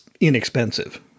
inexpensive